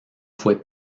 fue